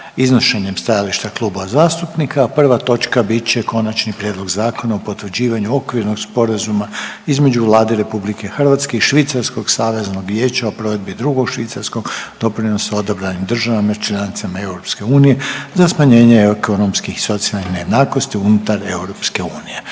iznošenjem stajališta klubova zastupnika, a prva točka bit će Konačni prijedlog zakona o potvrđivanju Okvirnog sporazuma između Vlade RH i Švicarskog saveznog vijeća o provedbi drugog švicarskog doprinosa odabranim državama članicama EU za smanjenje ekonomskih i socijalnih nejednakosti unutar EU.